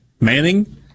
Manning